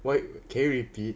wait can you repeat